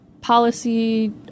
policy